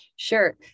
Sure